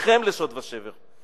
אתכם לשוד ושבר,